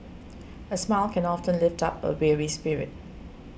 a smile can often lift up a weary spirit